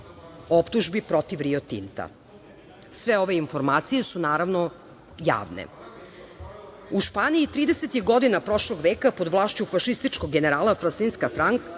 optužbi protiv Rio Tinta. Sve ove informacije su, naravno, javne.U Španiji, 30-ih godina prošlog veka, pod vlašću fašističkog generala Fransiska Franka,